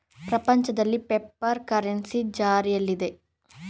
ಪ್ರಪಂಚದಲ್ಲಿ paper currency ಜಾರಿಯಲ್ಲಿದೆ